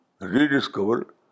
rediscover